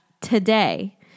today